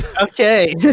Okay